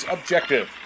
Objective